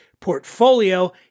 portfolio